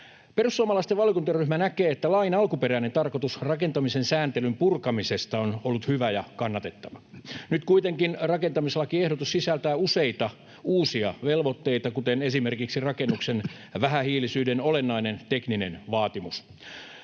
Perussuomalaisten valiokuntaryhmä näkee, että lain alkuperäinen tarkoitus rakentamisen sääntelyn purkamisesta on ollut hyvä ja kannatettava. Nyt kuitenkin rakentamislakiehdotus sisältää useita uusia velvoitteita, kuten esimerkiksi rakennuksen vähähiilisyyden olennaisen teknisen vaatimuksen.